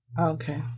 Okay